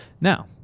Now